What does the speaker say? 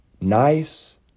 Nice